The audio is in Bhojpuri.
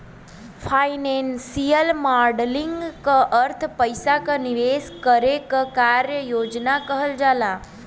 फाइनेंसियल मॉडलिंग क अर्थ पइसा क निवेश करे क कार्य योजना कहल जाला